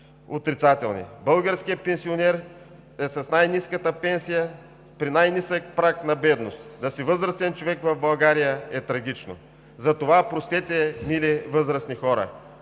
отрицателни. Българският пенсионер е с най-ниската пенсия, при най-нисък праг на бедност. Да си възрастен човек в България е трагично. Затова простете, мили възрастни хора!